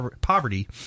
poverty